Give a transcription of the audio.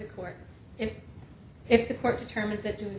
the court and if the court determines that do